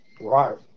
Right